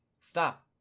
Stop